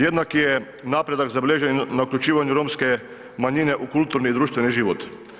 Jednak je napredak zabilježen na uključivanju romske manjine u kulturi i društveni život.